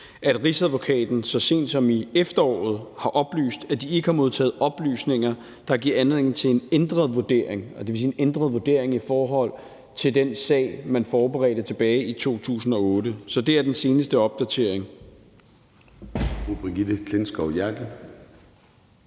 at Rigsadvokaten så sent som i efteråret har oplyst, at de ikke har modtaget oplysninger, der giver anledning til en ændret vurdering, det vil sige en ændret vurdering i forhold til den sag, man forberedte tilbage i 2008. Så det er den seneste opdatering.